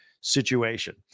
situation